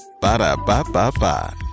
Ba-da-ba-ba-ba